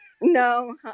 No